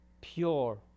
pure